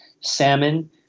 salmon